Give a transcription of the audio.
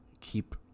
keep